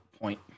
point